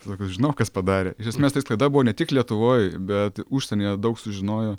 sako aš žinau kas padarė iš esmės tai sklaida buvo ne tik lietuvoj bet užsienyje daug sužinojo